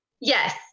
Yes